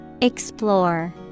Explore